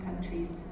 countries